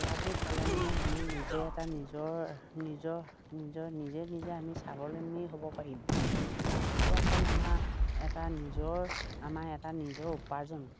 ফলাফল পালে মানে আমি নিজে এটা নিজৰ নিজৰ নিজৰ নিজে নিজে আমি স্বাৱলম্বী হ'ব পাৰিম হাঁহ কুকুৰা হ'ল আমাৰ এটা নিজৰ আমাৰ এটা নিজৰ উপাৰ্জন